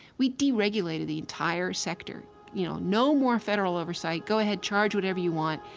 we deregulated the entire sector you know, no more federal oversight. go ahead charge whatever you want,